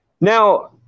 Now